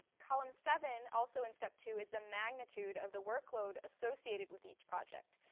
column seven also in step two is the magnitude of the workload associated with each project.